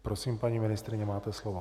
Prosím, paní ministryně, máte slovo.